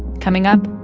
coming up,